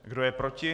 Kdo je proti?